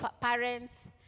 parents